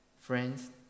Friends